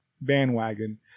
bandwagon